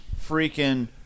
freaking